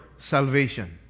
Salvation